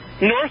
North